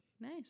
Nice